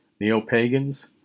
neo-pagans